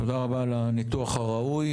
תודה רבה על הניתוח הראוי.